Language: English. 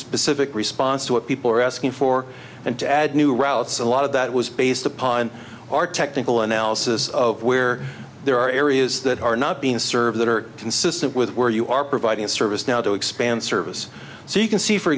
specific response to what people are asking for and to add new routes a lot of that was based upon our technical analysis of where there are areas that are not being served that are consistent with where you are providing a service now to expand service so you can see for